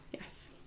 Yes